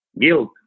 guilt